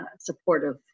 supportive